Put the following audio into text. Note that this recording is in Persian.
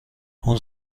اون